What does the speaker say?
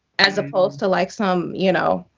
as opposed to like some you know.